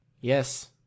yes